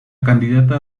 candidata